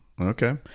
Okay